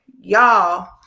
y'all